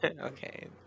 Okay